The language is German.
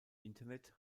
internet